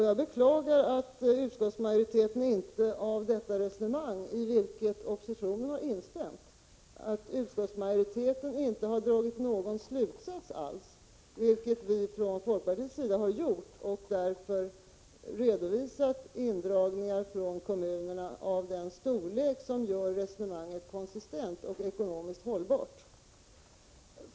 Jag beklagar att utskottsmajoriteten av detta resonemang —i vilket oppositionen har instämt — inte har dragit någon slutsats alls. Det har däremot vi från folkpartiet gjort och därför redovisat indragningar från kommunerna av den storlek som gör resonemanget konsistent och ekonomiskt hållbart.